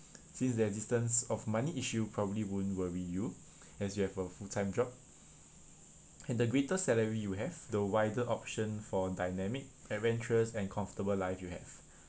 since the existence of money issue probably won't worry you as you have a full time job and the greater salary you have the wider option for dynamic adventurous and comfortable life you have